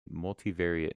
multivariate